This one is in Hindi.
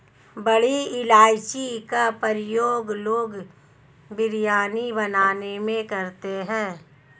बड़ी इलायची का प्रयोग लोग बिरयानी बनाने में करते हैं